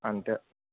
అంతే